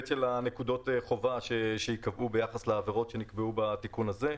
נקודות החובה שייקבעו ביחס לעבירות שנקבעו בתיקון הזה.